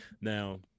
Now